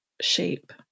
shape